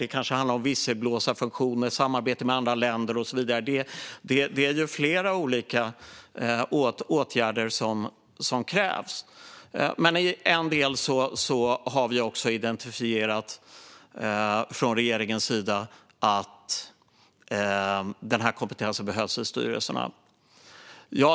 Det kanske handlar om visselblåsarfunktioner, samarbete med andra länder och så vidare. Det är flera olika åtgärder som krävs. Vi har från regeringens sida identifierat att denna kompetens behövs i styrelserna.